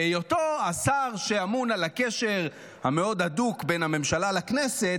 בהיותו השר שאמון על הקשר המאוד הדוק בין הממשלה לכנסת,